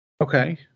okay